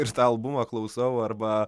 ir tą albumą klausau arba